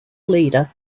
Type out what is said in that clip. leader